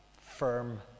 firm